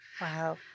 Wow